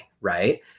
right